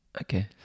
Okay